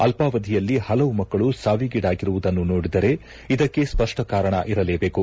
ಅಲ್ವಾವಧಿಯಲ್ಲಿ ಪಲವು ಮಕ್ಕಳು ಸಾವಿಗೀಡಾಗಿರುವುದನ್ನು ನೋಡಿದರೆ ಇದಕ್ಕೆ ಸ್ಪಷ್ಟ ಕಾರಣ ಇರಲೇಬೇಕು